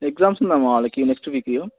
exams ఉంది అమ్మ వాళ్ళకి నెక్స్ట్ వీక్లో